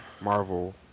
Marvel